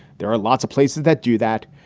there are lots of places that do that.